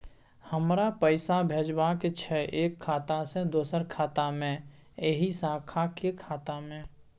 हमरा पैसा भेजबाक छै एक खाता से दोसर खाता मे एहि शाखा के खाता मे?